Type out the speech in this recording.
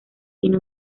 tiene